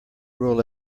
roll